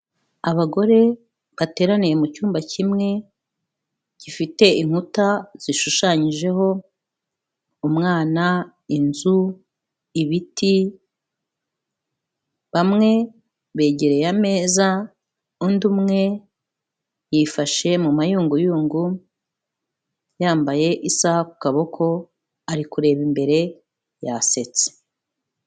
Abagore bateraniye mu cyumba kimwe, gifite inkuta zishushanyijeho, umwana, inzu, ibiti, bamwe begereye ameza, undi umwe yifashe mu mayunguyungu, yambaye isaha ku kaboko, ari kureba imbere yasetse.